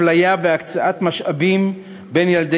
עלינו לעשות כל מאמץ למנוע אפליה בהקצאת משאבים בין ילדי